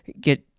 get